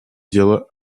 дело